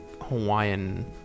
Hawaiian